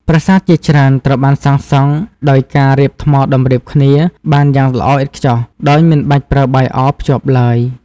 ប្រាសាទជាច្រើនត្រូវបានសាងសង់ដោយការរៀបថ្មតម្រៀបគ្នាបានយ៉ាងល្អឥតខ្ចោះ ដោយមិនបាច់ប្រើបាយអភ្ជាប់ឡើយ។